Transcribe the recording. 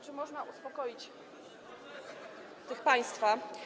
Czy można uspokoić tych państwa?